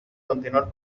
continuar